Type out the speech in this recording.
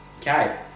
Okay